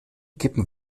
kippen